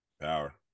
Power